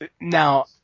now